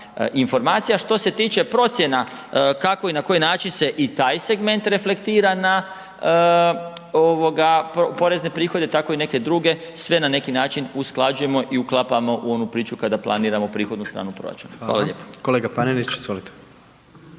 Što se tiče procjena kako i na koji način se i taj segment reflektira na ovoga porezne prihode, tako i neke druge, sve na neki način usklađujemo i uklapamo u onu priču kada planiramo prihodnu stranu proračuna. Hvala lijepa. **Jandroković,